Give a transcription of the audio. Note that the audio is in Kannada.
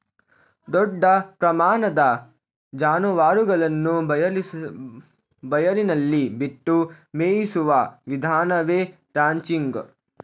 ದೊಡ್ಡ ಪ್ರಮಾಣದ ಜಾನುವಾರುಗಳನ್ನು ಬಯಲಿನಲ್ಲಿ ಬಿಟ್ಟು ಮೇಯಿಸುವ ವಿಧಾನವೇ ರಾಂಚಿಂಗ್